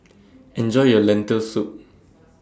Enjoy your Lentil Soup